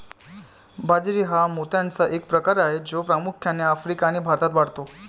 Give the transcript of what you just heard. बाजरी हा मोत्याचा एक प्रकार आहे जो प्रामुख्याने आफ्रिका आणि भारतात वाढतो